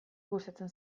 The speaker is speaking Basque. gustatzen